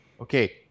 okay